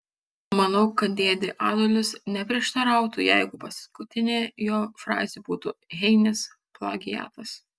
manau kad dėdė adolis neprieštarautų jeigu paskutinė jo frazė būtų heinės plagiatas